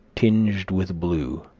tinged with blue.